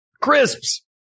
Crisps